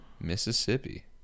Mississippi